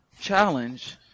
challenge